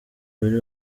bari